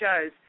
shows